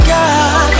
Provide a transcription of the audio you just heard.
God